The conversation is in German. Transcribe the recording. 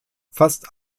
fast